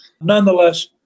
Nonetheless